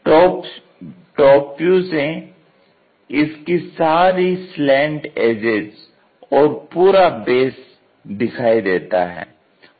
top से इसकी सारी स्लैंट एजेज़ और पूरा बेस दिखाई देता है